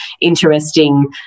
interesting